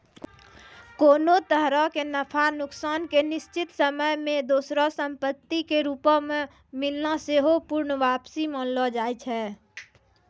कोनो तरहो के नफा नुकसान के निश्चित समय मे दोसरो संपत्ति के रूपो मे मिलना सेहो पूर्ण वापसी मानलो जाय छै